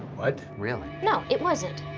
what? really? no, it wasn't.